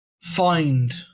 find